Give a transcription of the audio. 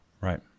right